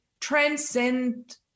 transcend